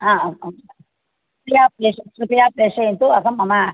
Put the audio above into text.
हा हा आं कृपया प्रेष कृपया प्रेषयतु अहं मम